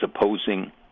opposing